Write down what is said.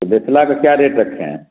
تو بیسلا کا کیا ریٹ رکھے ہیں